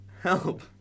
Help